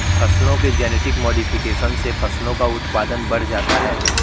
फसलों के genetic modification से फसलों का उत्पादन बढ़ जाता है